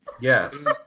Yes